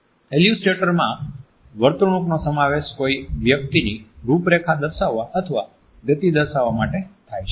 ઇલસ્ટ્રેટરમાં વર્તણૂંકનો સમાવેશ કોઈ વસ્તુની રૂપરેખા દર્શાવવા અથવા ગતિ દર્શાવવા માટે થાય છે